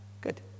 Good